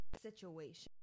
situation